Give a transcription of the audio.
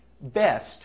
best